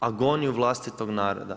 agoniju vlastitog naroda.